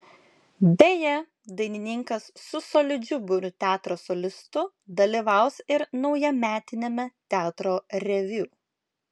beje dainininkas su solidžiu būriu teatro solistų dalyvaus ir naujametiniame teatro reviu